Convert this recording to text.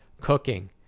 cooking